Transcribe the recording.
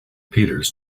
peters